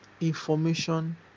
Information